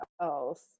else